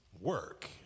work